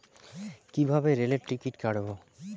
কিভাবে রেলের টিকিট কাটব?